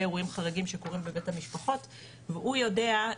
אירועים חריגים שקורים בבית המשפחות והוא יודע,